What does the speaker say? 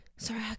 sorry